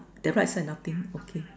the right side nothing okay